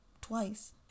twice